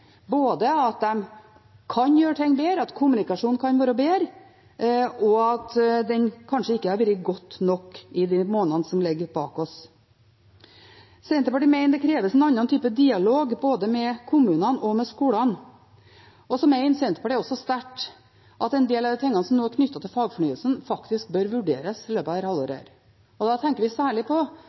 både at de kan gjøre ting bedre, at kommunikasjonen kan være bedre, og at den kanskje ikke har vært god nok i de månedene som ligger bak oss. Senterpartiet mener det kreves en annen type dialog både med kommunene og med skolene. Så mener Senterpartiet også sterkt at en del av de tingene som nå er knyttet til fagfornyelsen, bør vurderes i løpet av dette halvåret. Da tenker vi særlig på